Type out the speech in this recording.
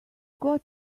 got